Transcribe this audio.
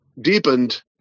deepened